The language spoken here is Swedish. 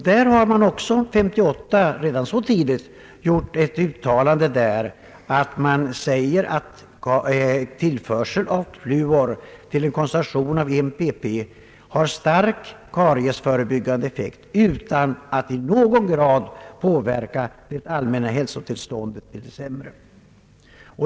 Där har man redan 1958 gjort ett uttalande, vari man säger att tillförsel av fluor till en koncentration av 1 pp har starkt kariesförebyggande effekt utan att i någon grad påverka det allmänna hälsotillståndet till det sämre.